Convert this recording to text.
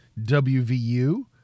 WVU